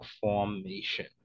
formation